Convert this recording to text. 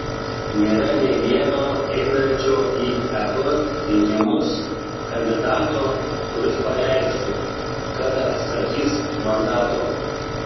nėra nei vieno einančio į ep rinkimus kandidato kuris pareikštų kad atsisakys mandato